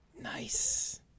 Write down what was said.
Nice